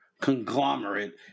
conglomerate